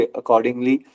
accordingly